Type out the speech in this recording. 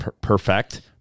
perfect